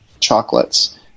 chocolates